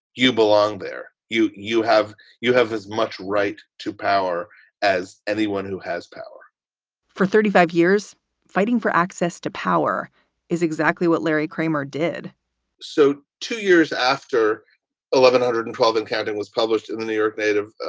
you belong there. you you have you have as much right to power as anyone who has power for thirty five years fighting for access to power is exactly what larry kramer did so two years after eleven hundred and twelve and counting was published in the new york native,